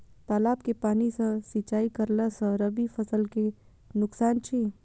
तालाब के पानी सँ सिंचाई करला स रबि फसल के नुकसान अछि?